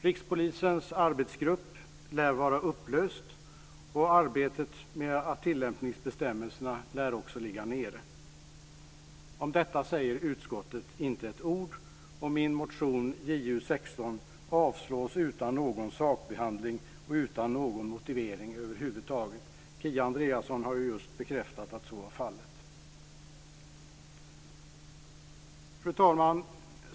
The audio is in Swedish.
Rikspolisstyrelsens arbetsgrupp lär vara upplöst, och arbetet med tillämpningsbestämmelserna lär ligga nere. Om detta säger utskottet inte ett ord. Min motion, Ju16, avslås utan någon sakbehandling och utan någon motivering över huvud taget. Kia Andreasson har just bekräftat att så är fallet. Fru talman!